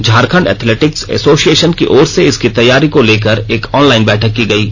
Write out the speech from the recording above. Jharkhand athletics association की ओर से इसकी तैयारी को लेकर एक ऑनलाइन बैठक की गयी